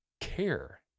care